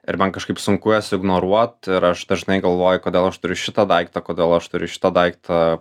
ir man kažkaip sunku juos ignoruot ir aš dažnai galvoju kodėl aš turiu šitą daiktą kodėl aš turiu šitą daiktą